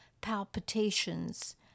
palpitations